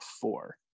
four